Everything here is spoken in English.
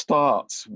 Starts